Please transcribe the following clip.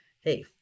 hey